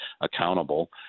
accountable